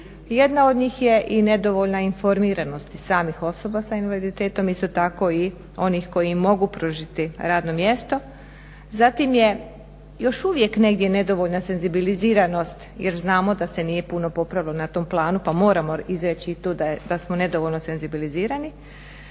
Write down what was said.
Jedna od njih je i nedovoljna informiranost samih osoba s invaliditetom, isto tako i onih koji im mogu pružiti radno mjesto. Zatim je još uvijek negdje nedovoljna senzibiliziranost jer znamo da se nije puno popravilo na tom planu pa moramo izreći i to da smo nedovoljno senzibilizirani.